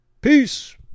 Peace